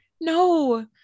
No